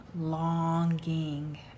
longing